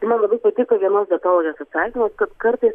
man labai patiko vienos dietologės atsakymas kad kartais